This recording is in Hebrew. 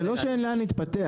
זה לא שאין לאן להתפתח,